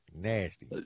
nasty